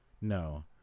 No